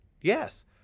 Yes